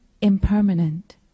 impermanent